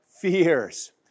fears